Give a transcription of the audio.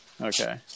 Okay